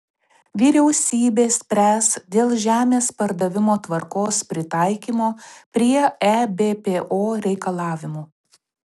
vyriausybė spręs dėl žemės pardavimo tvarkos pritaikymo prie ebpo reikalavimų